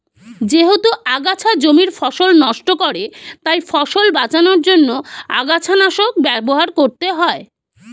যেহেতু আগাছা জমির ফসল নষ্ট করে তাই ফসল বাঁচানোর জন্য আগাছানাশক ব্যবহার করতে হয়